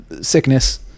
sickness